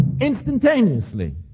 instantaneously